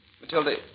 Matilda